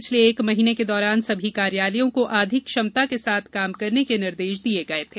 पिछले एक महीने के दौरान सभी कार्यालयों को आधी क्षमता के साथ काम करने के निर्देश दिये गये थे